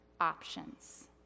options